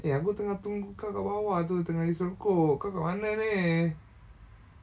eh aku tengah tunggu kau kat bawah tu tengah hisap rokok kau kat mana ni